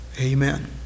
Amen